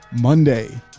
Monday